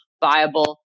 viable